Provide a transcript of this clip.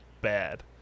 bad